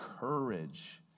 courage